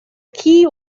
key